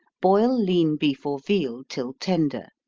boil lean beef or veal till tender.